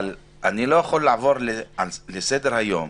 אבל אני לא יכול לעבור לסדר היום